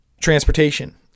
transportation